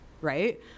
Right